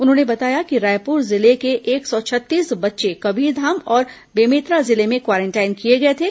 उन्होंने बताया कि रायपुर जिले के एक सौ छत्तीस कबीरधाम और बेमेतरा जिले में क्वारेंटाइन किए गए थे